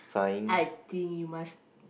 I think you must